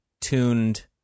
tuned